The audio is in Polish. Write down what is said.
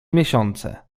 miesiące